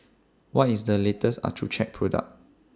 What IS The latest Accucheck Product